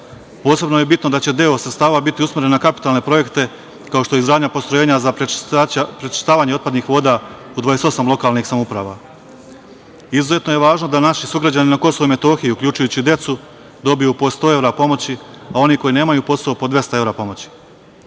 je bitno da će deo sredstava biti usmeren na kapitalne projekte, kao što je izgradnja postrojenja za prečišćavanje otpadnih voda u 28 lokalnih samouprava. Izuzetno je važno da naši sugrađani na Kosovu i Metohiji, uključujući decu, dobiju po 100 evra pomoći, a oni koji nemaju posao po 200 evra